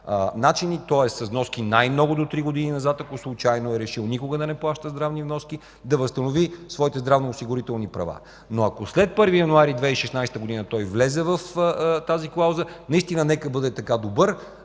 начини, тоест с вноски най-много до 3 години назад, ако случайно е решил никога да не плаща здравни вноски, да възстанови своите здравноосигурителни права. Но ако след 1 януари 2016 г. той влезе в тази клауза, наистина нека бъде така добър